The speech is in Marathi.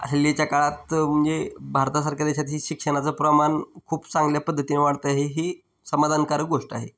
हल्लीच्या काळात म्हणजे भारतासारख्या देशात ही शिक्षणाचं प्रमाण खूप चांगल्या पद्धतीने वाढतं आहे ही समाधानकारक गोष्ट आहे